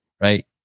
right